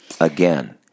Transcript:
again